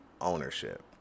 ownership